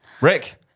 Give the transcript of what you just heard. Rick